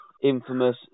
infamous